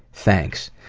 thanks.